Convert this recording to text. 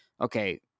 okay